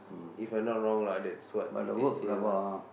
If I not wrong lah that's what they say lah